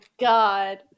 God